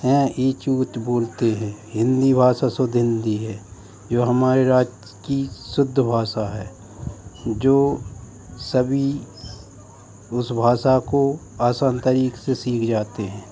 हें ईच ऊच बोलते हैं हिन्दी भाषा शुद्ध हिन्दी है जो हमारे राज्य की शुद्ध भासा है जो सभी उस भाषा को आसान तरीक़े से सीख जाते हैं